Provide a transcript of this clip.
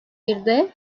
birde